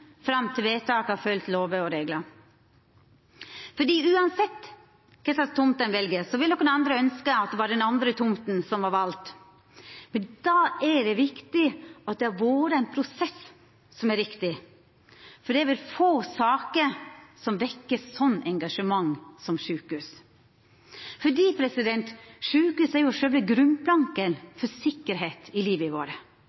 fram til vedtaket har følgt lover og reglar. Uansett kva tomt ein vel, vil nokon ynskja at det var den andre tomta som vart valt, og då er det viktig at prosessen har vore riktig, for det er vel få saker som vekkjer slikt engasjement som sjukehus. Sjukehusa er sjølve